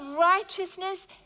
righteousness